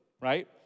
right